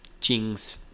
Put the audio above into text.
Jing's